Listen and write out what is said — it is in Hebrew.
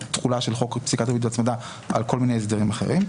תחולה של חוק פסיקת ריבית והצמדה על כל מיני הסדרים אחרים.